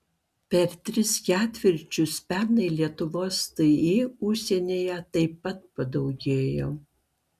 per tris ketvirčius pernai lietuvos ti užsienyje taip pat padaugėjo